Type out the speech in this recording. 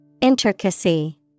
Intricacy